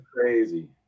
crazy